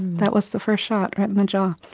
that was the first shot, right in the jaw.